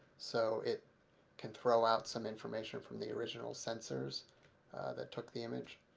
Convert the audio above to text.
so it can throw out some information from the original sensors that took the image,